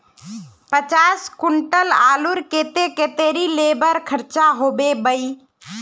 पचास कुंटल आलूर केते कतेरी लेबर खर्चा होबे बई?